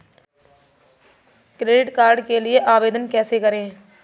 Credit card के लिए आवेदन कैसे करें?